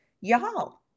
y'all